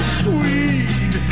sweet